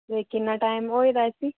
किन्ना टैमम होए दा ऐ